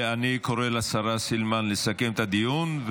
אני קורא לשרה סילמן לסכם את הדיון,